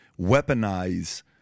weaponize